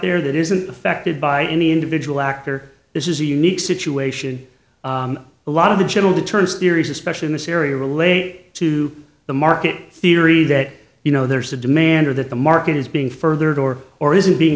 there that isn't affected by any individual actor this is a unique situation a lot of the general deterrence theories especially in this area relate to the market theory that you know there's a demand or that the market is being furthered or or isn't being